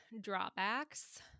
drawbacks